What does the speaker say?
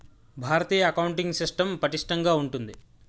భారతీయ accounting system పటిష్టంగా ఉంటుంది